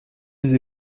les